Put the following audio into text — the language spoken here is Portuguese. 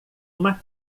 uma